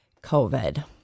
COVID